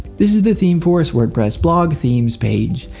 this is the themeforest wordpress blog themes page.